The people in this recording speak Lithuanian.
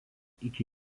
iki